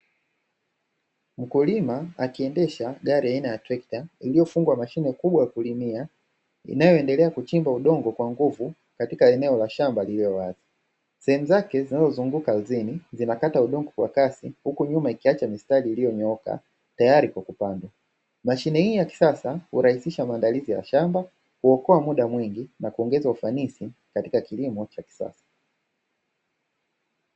Mkulima akiendesha gari aina ya trekta iliyofungwa mashine kubwa kulimia, inayoendelea kuchimba udongo kwa nguvu katika eneo la shamba lililosafi, sehemu zake zinazozunguka ardhini zinakata udongo kwa kasi huku nyuma ikiacha mistari iliyonyooka tayari kwa kupanda mashine hii ya kisasa uraisisha maandalizi ya shamba kuokoa muda mwingi na kuongeza ufanisi katika kilimo cha kisasa.